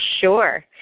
sure